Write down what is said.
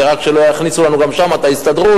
ורק שלא יכניסו לנו גם שם את ההסתדרות,